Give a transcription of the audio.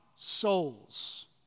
souls